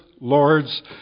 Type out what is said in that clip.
lords